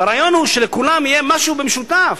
והרעיון הוא שלכולם יהיה משהו משותף,